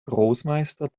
großmeister